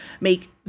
make